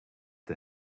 the